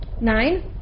nine